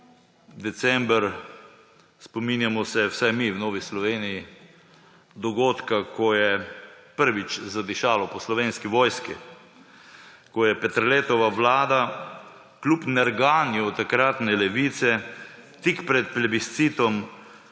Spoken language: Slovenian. december, spominjamo se, vsaj mi, v Novi Sloveniji, dogodka, ko je prvič zadišalo po Slovenski vojski, ko je Peterletova vlada, kljub nerganju takratne levice, tik pred plebiscitom